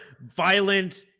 violent